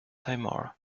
timor